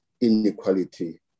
inequality